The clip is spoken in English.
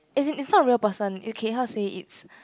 as in it's not real person okay how to say it's